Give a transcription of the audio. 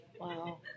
Wow